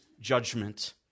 judgment